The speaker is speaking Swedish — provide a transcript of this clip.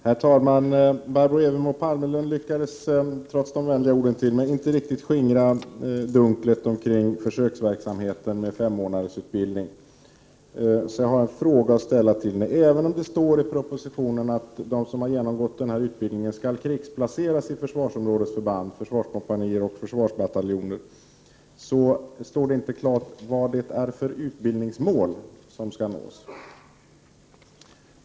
Herr talman! Barbro Evermo Palmerlund lyckades trots de vänliga orden till mig inte skingra dunklet omkring försöksverksamheten med femmånadersutbildning. Jag vill dessutom ställa en fråga till henne. Även om det står i propositionen att de som har genomgått den aktuella utbildningen skall krigsplaceras i försvarsområdesförband, försvarskompanier och försvarsbataljoner, är det inte klart angivet vilka utbildningsmål som skall uppnås.